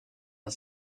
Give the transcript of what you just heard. the